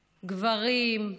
גברים,